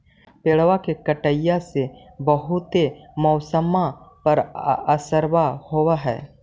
पेड़बा के कटईया से से बहुते मौसमा पर असरबा हो है?